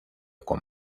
con